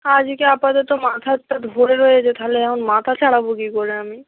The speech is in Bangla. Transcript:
আজকে আপাতত মাথাটা ধরে রয়েছে তাহলে এখন মাথা ছাড়াব কী করে আমি